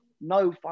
no